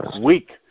weak